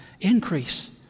increase